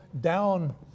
down